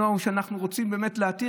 שאנחנו רוצים להתיר.